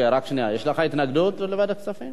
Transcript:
יש לך התנגדות לוועדת כספים?